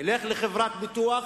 ילך לחברת ביטוח